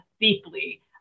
deeply